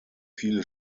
viele